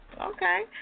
Okay